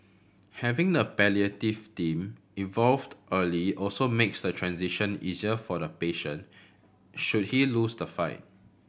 having the palliative team involved early also makes the transition easier for the patient should he lose the fight